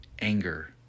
anger